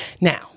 now